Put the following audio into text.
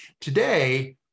Today